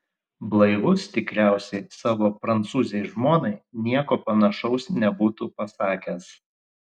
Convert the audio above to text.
blaivus tikriausiai savo prancūzei žmonai nieko panašaus nebūtų pasakęs